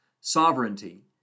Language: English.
sovereignty